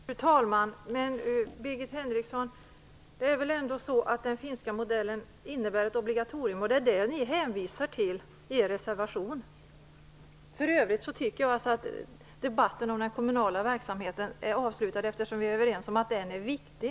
Fru talman! Men, Birgit Henriksson, den finska modellen innebär väl ändå ett obligatorium. Det är det ni hänvisar till i er reservation. För övrigt tycker jag att debatten om den kommunala verksamheten är avslutad, eftersom vi är överens om att den är viktig.